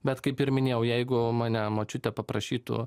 bet kaip ir minėjau jeigu mane močiutė paprašytų